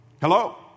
Hello